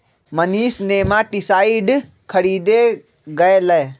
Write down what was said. Manish nematicide खरीदे गय लय